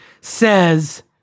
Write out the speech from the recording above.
says